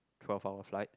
twelve hour flight